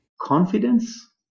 confidence